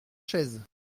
chaise